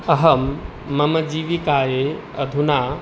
अहं मम जीविकायै अधुना